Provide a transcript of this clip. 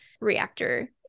reactor